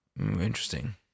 Interesting